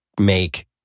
make